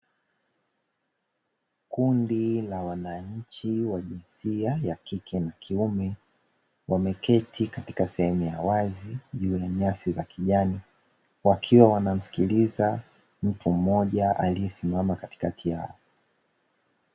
Kundi la wananchi wa jinsia ya kike na kiume wameketi katika sehemu ya wazi yenye nyasi za kijani, wakiwa wanamsikiliza mtu mmoja aliyesimama katikati yao.